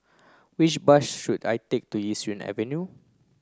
which bus should I take to Yishun Avenue